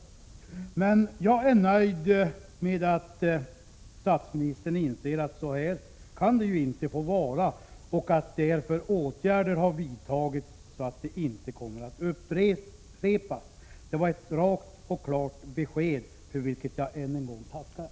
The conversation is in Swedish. Jag är emellertid nöjd med att statsministern inser att det inte kan få vara på detta sätt och att åtgärder därför har vidtagits så att detta inte kommer att upprepas. Det var ett bra och klart besked, för vilket jag än en gång tackar.